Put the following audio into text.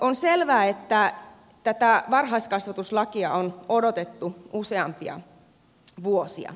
on selvää että tätä varhaiskasvatuslakia on odotettu useampia vuosia